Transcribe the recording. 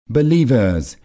believers